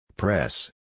Press